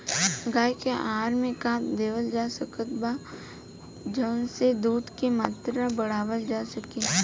गाय के आहार मे का देवल जा सकत बा जवन से दूध के मात्रा बढ़ावल जा सके?